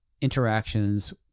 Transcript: interactions